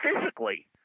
physically